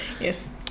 Yes